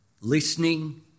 listening